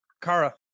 Kara